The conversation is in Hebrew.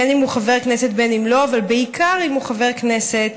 בין אם הוא חבר כנסת